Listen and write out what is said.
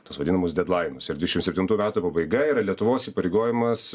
tuos vadinamus dedlainus ir dvidešim septintų metų pabaiga yra lietuvos įpareigojimas